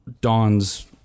Dawn's